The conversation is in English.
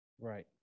Right